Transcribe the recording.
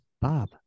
bob